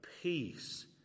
peace